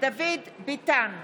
דוד ביטן,